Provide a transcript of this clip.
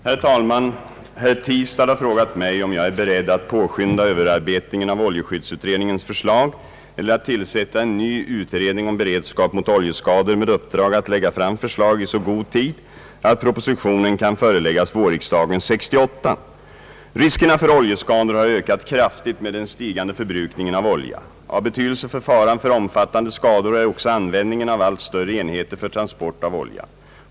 Herr talman! Herr Tistad har frågat mig om jag är beredd att påskynda överarbetningen av = oljeskyddsutredningens förslag eller att tillsätta en ny utredning om beredskap mot oljeskador med uppdrag att lägga fram förslag i så god tid att proposition kan föreläggas vårriksdagen 1968. Riskerna för oljeskador har ökat kraftigt med den stigande förbrukningen av olja. Av betydelse för faran för omfattande skador är också användningen av allt större enheter för transport av olja.